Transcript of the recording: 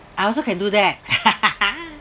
I also can do that